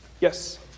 Yes